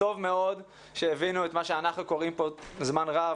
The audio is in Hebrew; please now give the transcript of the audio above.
טוב מאוד שהבינו את מה שאנחנו קוראים כאן זמן רב,